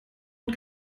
gut